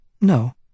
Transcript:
No